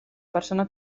persona